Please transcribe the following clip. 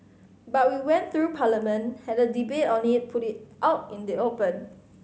but we went through Parliament had a debate on it put it out in the open